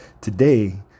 Today